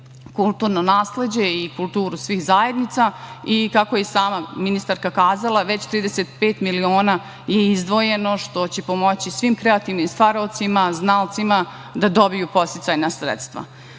kulturno nasleđe i kulturu svih zajednica. Kako je i sama ministarka rekla, već 35 miliona je izdvojeno, što će pomoći svim kreativnim stvaraocima, znalcima da dobiju podsticajna sredstva. Takođe,